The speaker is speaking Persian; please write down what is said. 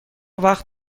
وقت